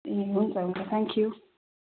ए हुन्छ हुन्छ थ्याङ्क्यु